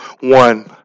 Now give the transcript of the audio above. one